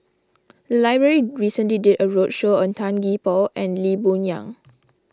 the library recently did a roadshow on Tan Gee Paw and Lee Boon Yang